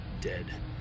dead